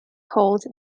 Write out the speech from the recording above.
called